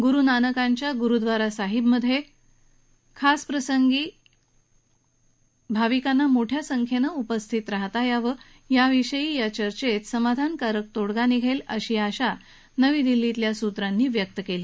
गुरू नानकांच्या गुरुद्वारासाहिबमधे खास प्रसंगी भाविकांना मोठ्या संख्येनं उपस्थित राहता यावं याविषयी या चर्चेत समाधानकारक तोङगा निघेल अशी आशा नवी दिल्लीतल्या सूत्रांनी व्यक्त केली